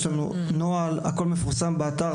יש לנו נוהל והכל מפורסם באתר,